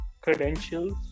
credentials